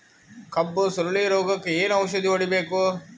ಕಬ್ಬು ಸುರಳೀರೋಗಕ ಏನು ಔಷಧಿ ಹೋಡಿಬೇಕು?